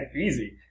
Easy